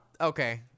Okay